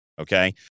okay